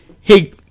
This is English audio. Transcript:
hey